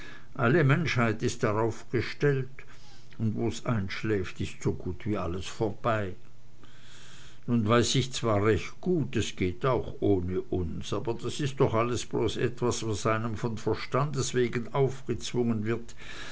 alle menschheit ist darauf gestellt und wo's einschläft ist so gut wie alles vorbei nun weiß ich zwar recht gut es geht auch ohne uns aber das ist doch alles bloß etwas was einem von verstandes wegen aufgezwungen wird